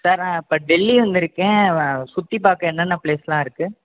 sir நான் இப்போ டெல்லி வந்திருக்கேன் சுற்றி பார்க்க என்னென்ன ப்ளேஸுலாம் இருக்குது